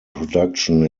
production